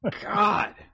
God